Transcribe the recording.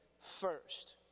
first